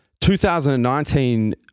2019